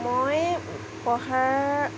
মই পঢ়া